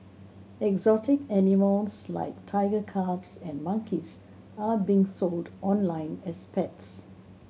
exotic animals like tiger cubs and monkeys are being sold online as pets